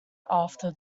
after